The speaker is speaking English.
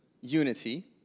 unity